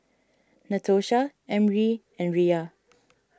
Natosha Emry and Riya